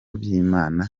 by’inama